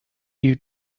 you